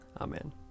Amen